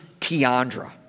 Tiandra